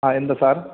ആ എന്താണ് സാർ